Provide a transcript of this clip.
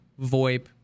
VoIP